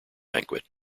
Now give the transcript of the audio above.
banquet